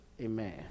Amen